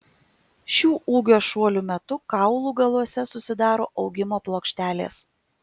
šių ūgio šuolių metu kaulų galuose susidaro augimo plokštelės